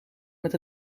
met